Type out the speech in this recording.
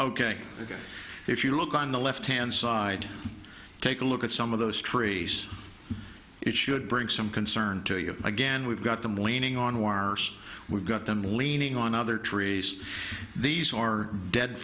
ok if you look on the left hand side take a look at some of those trees it should bring some concern to you again we've got them leaning on wires we've got them leaning on other trees these are dead